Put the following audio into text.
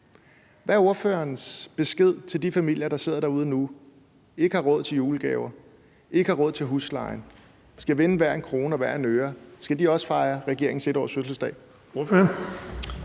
Hvad er ordførerens besked til de familier, der sidder derude nu og ikke har råd til julegaver, ikke har råd til huslejen og skal vende hver en krone og hver en øre? Skal de også fejre regeringens 1-årsfødselsdag?